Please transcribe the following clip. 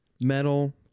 metal